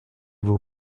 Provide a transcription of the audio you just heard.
vos